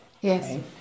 Yes